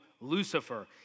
Lucifer